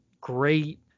great